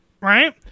right